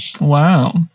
Wow